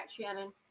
Shannon